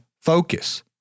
focus